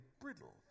brittle